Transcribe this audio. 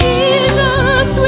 Jesus